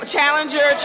Challenger